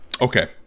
Okay